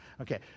Okay